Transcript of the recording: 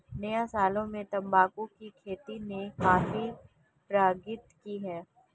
Nyasaland में तंबाकू की खेती ने काफी प्रगति की है